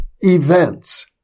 Events